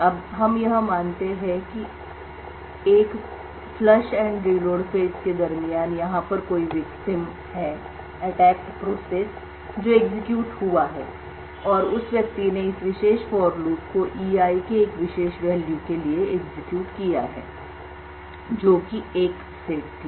अब हम यह मानते हैं कि 1 प्लस एंड रीलोड फेज के दरमियान यहां पर कोई विक्टिम है जो एग्जीक्यूट हुआ है और उस व्यक्ति ने इस विशेष for loop को e i के एक विशेष वैल्यू के लिए एग्जीक्यूट किया है जो कि एक सेट थी